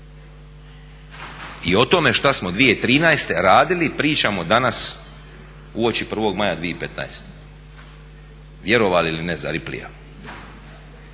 I o tome šta smo 2013. radili, pričamo danas uoči 1. maja 2015., vjerovali ili ne za Ripleya,